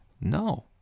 No